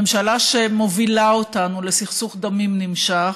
ממשלה שמובילה אותנו לסכסוך דמים נמשך,